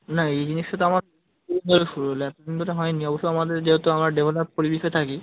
না এই জিনিসটা তো আমার দু দিন ধরে শুরু হলো এতো দিন ধরে হয় নি অবশ্য আমাদের যেহেতু আমরা ডেভেলপ পরিবেশে থাকি